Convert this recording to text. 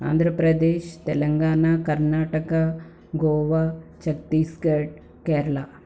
Andhra Pradesh Telangana Karnataka Goa Chhattisgarh Kerala